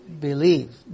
Believe